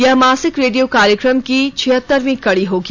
यह मासिक रेडियो कार्यक्रम की छिहत्तंरवीं कड़ी होगी